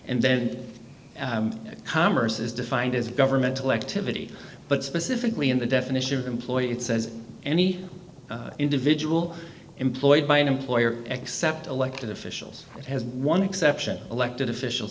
and then commerce is defined as a governmental activity but specifically in the definition of employee it says any individual employed by an employer except elected officials has one exception elected officials